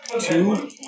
two